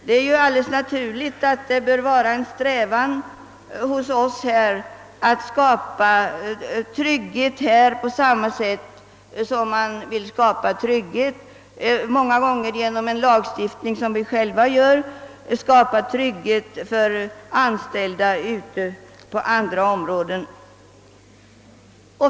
Det bör naturligtvis vara en strävan för oss att skapa trygghet för våra anställda på samma sätt som vi, ofta genom lagstiftning, skapar trygghet för anställda på andra områden.